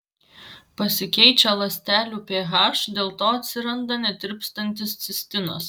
pasikeičia ląstelių ph dėl to atsiranda netirpstantis cistinas